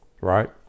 right